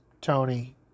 Tony